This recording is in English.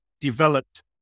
developed